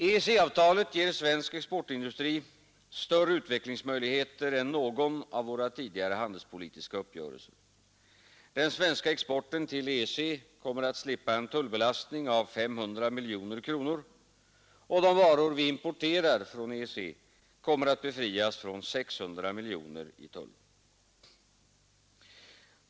EEC-avtalet ger svensk exportindustri större utvecklingsmöjligheter än någon av våra tidigare handelspolitiska uppgörelser. Den svenska exporten till EEC kommer att slippa en tullbelastning av 500 miljoner kronor, och de varor vi importerar från EEC kommer att befrias från 600 miljoner i tull.